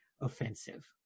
offensive